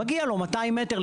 מגיע לו 200 מ"ר,